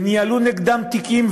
וניהלו נגדם תיקים,